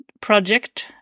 project